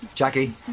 Jackie